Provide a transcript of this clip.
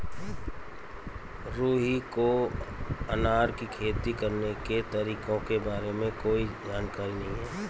रुहि को अनार की खेती करने के तरीकों के बारे में कोई जानकारी नहीं है